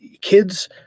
kids